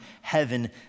heaven